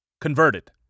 converted